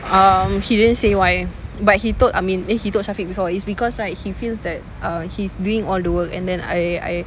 um he didn't say why but he told amin eh he told syafiq it's because like he feels that uh he's doing all the work and then I I